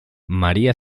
maría